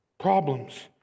Problems